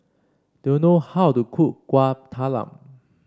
do you know how to cook Kuih Talam